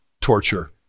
torture